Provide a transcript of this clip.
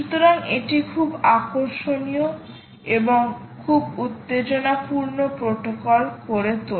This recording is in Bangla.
সুতরাং এটি খুব আকর্ষণীয় এবং খুব উত্তেজনাপূর্ণ প্রোটোকল করে তোলে